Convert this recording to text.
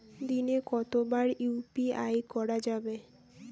দিনে কতবার ইউ.পি.আই করা যাবে?